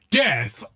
death